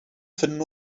finden